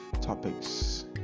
topics